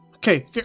Okay